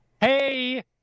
Hey